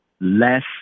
Less